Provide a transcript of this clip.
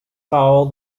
foul